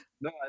no